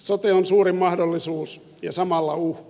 sote on suuri mahdollisuus ja samalla uhka